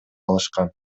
алышкан